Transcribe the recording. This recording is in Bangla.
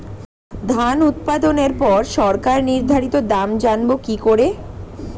ধান উৎপাদনে পর সরকার নির্ধারিত দাম জানবো কি করে?